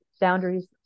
boundaries